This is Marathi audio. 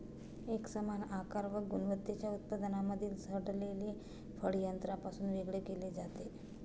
एकसमान आकार व गुणवत्तेच्या उत्पादनांमधील सडलेले फळ यंत्रापासून वेगळे केले जाते